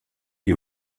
die